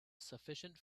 sufficient